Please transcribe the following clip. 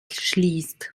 schließt